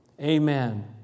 Amen